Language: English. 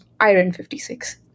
iron-56